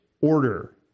order